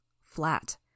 Flat